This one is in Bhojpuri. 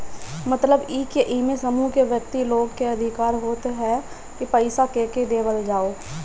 मतलब इ की एमे समूह के व्यक्ति लोग के अधिकार होत ह की पईसा केके देवल जाओ